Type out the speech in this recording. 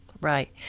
Right